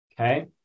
okay